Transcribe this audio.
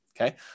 Okay